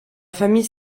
famille